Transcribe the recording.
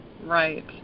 right